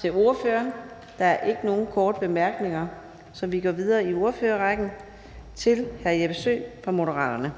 til ordføreren. Der er ikke nogen korte bemærkninger, så vi går videre i ordførerrækken til fru Charlotte